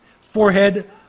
forehead